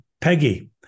Peggy